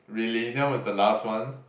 really that was the last one